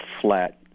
flat